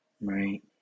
Right